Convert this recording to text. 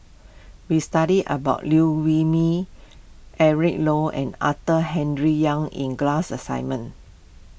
we studied about Liew Wee Mee Eric Low and Arthur Henderson Young in the class assignment